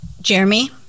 jeremy